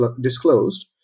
disclosed